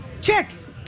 Chicks